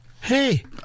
Hey